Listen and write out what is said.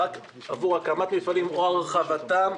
רק עבור הקמת מפעלים או הרחבתם.